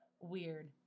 weird